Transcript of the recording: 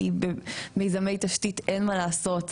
כי במיזמי תשתית אין מה לעשות,